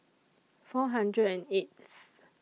four hundred and eighth